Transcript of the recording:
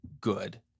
good